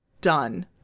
done